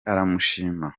aramushima